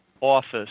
office